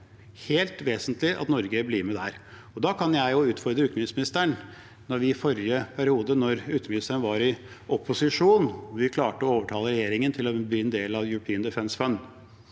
helt vesentlig at Norge blir med der, og da kan jeg utfordre utenriksministeren. I forrige periode, da utenriksministeren var i opposisjon, klarte vi å overtale regjeringen til å bli en del av European Defence Fund.